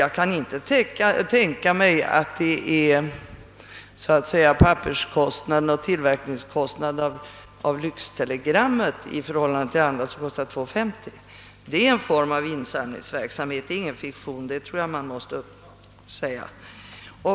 Jag kan inte tänka mig att det är pappersoch tillverkningskostnaderna av lyxtelegrammet som är 2:50 kronor högre än för andra telegram. Man måste betrakta detta som en form av insamlingsverksamhet. Det är ingen fiktion.